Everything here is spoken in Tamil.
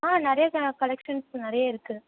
ஆ நிறைய க கலெக்ஷன்ஸ் நிறைய இருக்கு